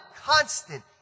constant